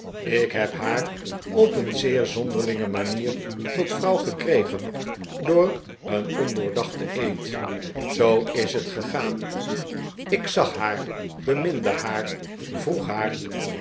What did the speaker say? ik heb haar op een zeer zonderlinge manier tot vrouw gekregen door een ondoordachten eed zoo is het gegaan ik zag haar beminde haar vroeg haar